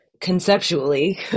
conceptually